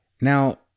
Now